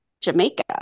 Jamaica